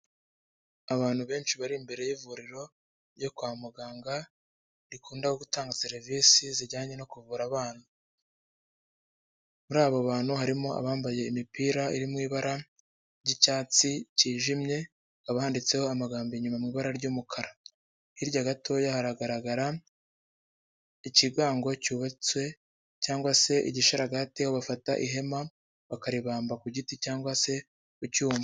Abantu benshi bari imbere y'ivuriro ryo kwa muganga rikunda gutanga serivisi zijyanye no kuvura abana. Muri abo bantu harimo abambaye imipira iri mu ibara ry'icyatsi cyijimye, hakaba handitseho amagambo inyuma mu ibara ry'umukara. Hirya gatoya haragaragara ikigango cyubatswe cyangwa se igisharagati aho bafata ihema bakaribamba ku giti cyangwa se ku cyuma.